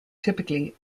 typically